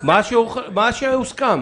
מה שהוסכם